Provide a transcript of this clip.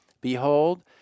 behold